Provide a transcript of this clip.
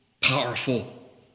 powerful